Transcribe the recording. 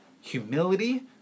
humility